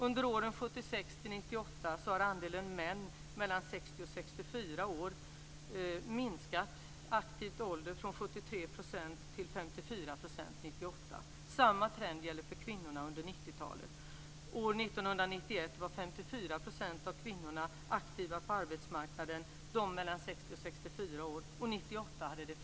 Under åren 1976-1998 har andelen män mellan 60 och 64 år, i aktiv ålder, minskat från 73 % till 54 % 1998. Samma trend gäller för kvinnorna under 1990-talet. År 1991 var 54 % av kvinnorna i åldern 60-64 år aktiva på arbetsmarknaden.